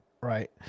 Right